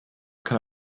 kann